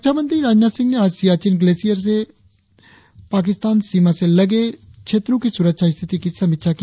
रक्षामंत्री राजनाथ सिंह ने आज सियाचिन ग्लेशियर में पाकिस्तान सीमा से लगे क्षेत्रों की सुरक्षा स्थिति की समीक्षा की